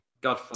god